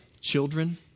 children